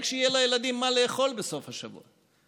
רק שיהיה לילדים מה לאכול בסוף השבוע.